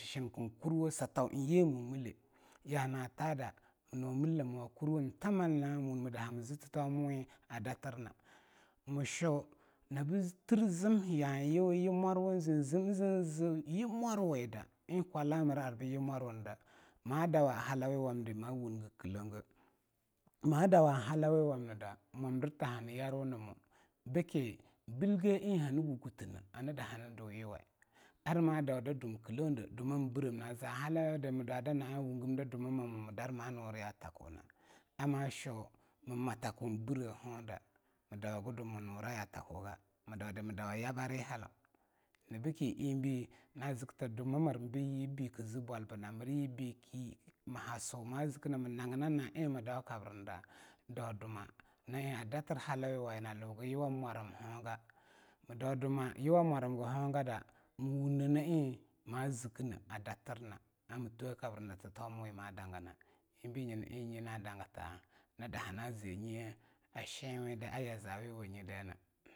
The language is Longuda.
Shinkean kurwo satau eing yea mu mille yaa naa taada mi muwa millemu kurwun tamalna muwung mii zii thitomiwe a datirna mii shwa nabi tir zimheai ya yung yumorwun zean zii zii zean yumwar wida eing kwala a mir aa arbuh yumorwunida maa daawa halau yawamnida ma wungi kilaung ei ma dawa halauyawam nida mwamdirta hani yarwuna mo beakie bilge eing hani gu gultineh hani dahhea eing deau yuuweai arma dau da dum kilaung dea dumma eing birrem na zaa halauyada mii dwa daa naa wungim da dummamamo mii dar maa nurri ya thakuena ar ma shuei mii matakau birre haundada mii dawagi dummi nura ya takue ga ii daeda mii daawa yabbarri hallaung naa beakie eingbe na zikkta dumma mir yibbi kii zea bulalbinna beakie mii ha suei ma zikine mii naginna naa eing mii dau kabri nida dau dumma na eing a datir halauyawayina luhgu yuuwa eing mularim haunga mii dau dumma yuuwa mwarimgi haungada ii wung ne na eing ma zikkinne a datir na a mii thokabra nii tu tomiwe ma danginnah eing be nyina eing nye na dangata niidahha a zea a nyi shenwedea a yazaweyawanyine.